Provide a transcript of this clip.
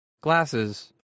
glasses